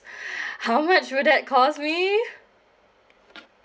how much will that cost me